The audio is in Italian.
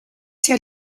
sia